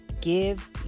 give